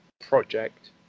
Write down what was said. project